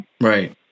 Right